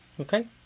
Okay